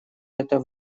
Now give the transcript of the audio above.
это